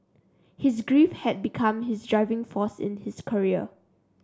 his grief had become his driving force in his career